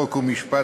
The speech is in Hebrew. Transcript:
חוק ומשפט,